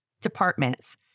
departments